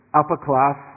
upper-class